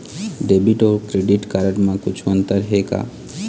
Debit अऊ credit card म कुछू अंतर हे का?